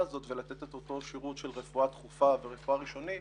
הזאת ולתת את אותו שירות של רפואה דחופה ורפואה ראשונית